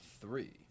three